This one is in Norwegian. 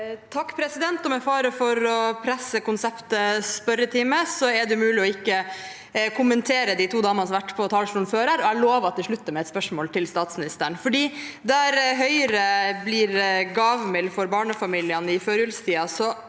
(R) Med fare for å presse konseptet spørretime: Det er umulig å ikke kommentere de to damene som har vært på talerstolen her før. Jeg lover at dette slutter med et spørsmål til statsministeren. Når Høyre blir gavmilde overfor barnefamiliene i førjulstiden,